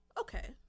Okay